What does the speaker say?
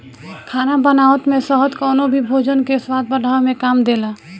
खाना बनावत में शहद कवनो भी भोजन के स्वाद बढ़ावे में काम देला